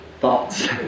thoughts